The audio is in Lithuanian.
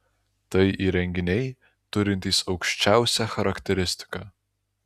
tai įrenginiai turintys aukščiausią charakteristiką